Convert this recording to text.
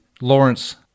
Lawrence